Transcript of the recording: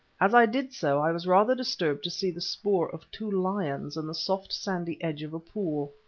as i did so i was rather disturbed to see the spoor of two lions in the soft sandy edge of a pool.